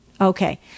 Okay